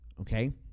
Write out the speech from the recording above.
Okay